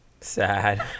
Sad